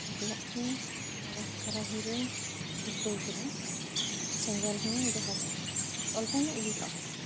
ᱞᱟᱫᱮᱭᱟᱜ ᱛᱮ ᱛᱷᱚᱲᱟ ᱠᱟᱨᱟᱦᱤ ᱨᱮ ᱫᱷᱤᱯᱟᱹᱣ ᱠᱮᱫᱟ ᱥᱮᱸᱜᱮᱞ ᱦᱚ ᱡᱟᱦᱟ ᱫᱚ ᱚᱞᱯᱚ ᱧᱚᱜ ᱡᱩᱞᱟᱜ ᱦᱩᱭᱩᱜ ᱟ